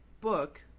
book